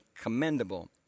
commendable